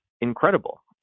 incredible